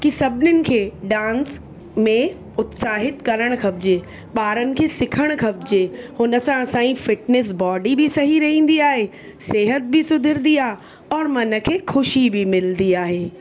कि सभिनिनि खे डांस में उत्साहित करण खपिजे ॿारनि खे सिखण खपिजे हुन सां असांजी फ़िटनेस बॉडी बि सही रहंदी आहे सिहत बि सुधरंदी आहे और मन खे ख़ुशी बि मिलंदी आहे